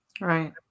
right